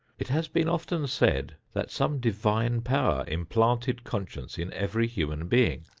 it has been often said that some divine power implanted conscience in every human being.